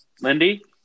Lindy